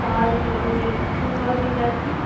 তাহলে আমি শুক্রবার দিন যাচ্ছি